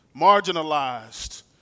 marginalized